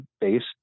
based